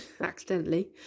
accidentally